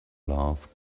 love